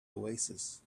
oasis